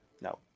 No